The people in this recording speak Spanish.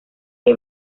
que